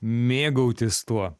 mėgautis tuo